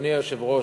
היושב-ראש,